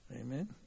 Amen